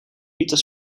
pieter